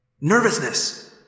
Nervousness